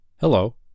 Hello